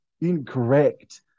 incorrect